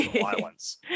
violence